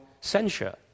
censure